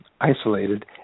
isolated